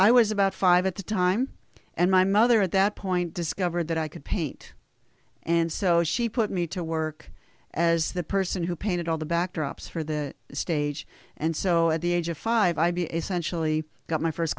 i was about five at the time and my mother at that point discovered that i could paint and so she put me to work as the person who painted all the backdrops for the stage and so at the age of five i be essentially got my first